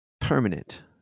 permanent